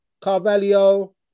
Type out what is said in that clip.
Carvalho